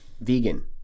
vegan